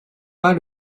pas